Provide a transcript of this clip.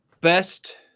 Best